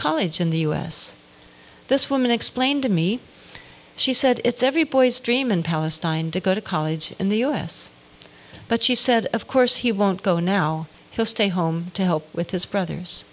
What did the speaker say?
college in the u s this woman explained to me she said it's every boy's dream in palestine to go to college in the u s but she said of course he won't go now he'll stay home to help with his brothers